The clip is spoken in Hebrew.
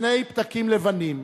שני פתקים לבנים.